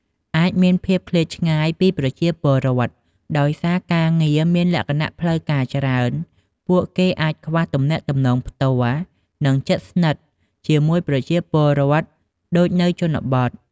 អាចមានភាពឃ្លាតឆ្ងាយពីប្រជាពលរដ្ឋ ដោយសារការងារមានលក្ខណៈផ្លូវការច្រើន ពួកគេអាចខ្វះ ទំនាក់ទំនងផ្ទាល់ និងជិតស្និទ្ធ ជាមួយប្រជាពលរដ្ឋដូចនៅជនបទ។